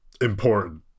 important